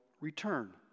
return